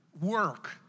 work